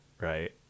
right